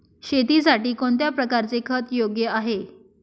शेतीसाठी कोणत्या प्रकारचे खत योग्य आहे?